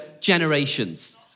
generations